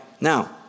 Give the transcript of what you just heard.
Now